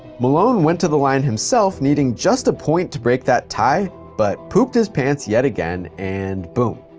malone went to the line himself, needing just a point to break that tie but pooped his pants yet again. and boom,